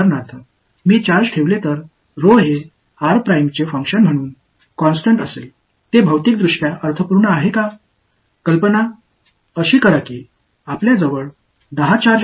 உதாரணமாக நான் சார்ஜ்ளை வைத்தால் r பிரைம் செயல்பாடாக rho நிலையானதாக இருக்குமா அது பிஸிக்கலி அர்த்தமுள்ளதா